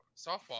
softball